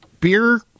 Beer